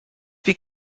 wir